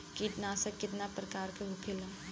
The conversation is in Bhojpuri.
कीटनाशक कितना प्रकार के होखेला?